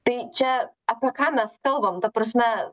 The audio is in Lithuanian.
tai čia apie ką mes kalbam ta prasme